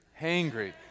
hangry